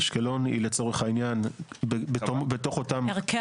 אשקלון היא לצורך העניין בתוך אותם --- ערכי